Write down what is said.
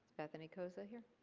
bethany kozma here?